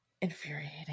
infuriating